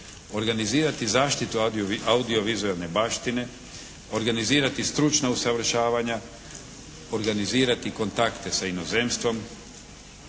organizirati zaštitu audiovizualne baštine, organizirati stručna usavršavanja, organizirati kontakte sa inozemstvom,